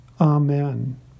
Amen